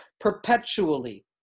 perpetually